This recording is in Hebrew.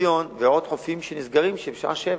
ראשון-לציון ועוד חופים שנסגרים בשעה 19:00,